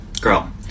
Girl